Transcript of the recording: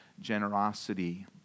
generosity